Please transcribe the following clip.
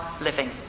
living